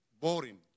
boring